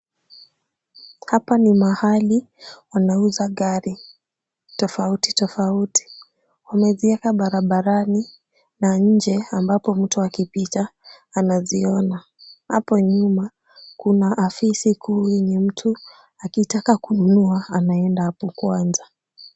Hapa ni mahali wanauza gari tofauti tofauti. Wameziweka barabarani na nje ambapo mtu akipita anaziona. Hapo nyuma kuna afisi kuu yenye mtu akitaka kununua anaenda hapo kwanza.